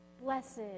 Blessed